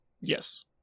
Yes